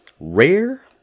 Rare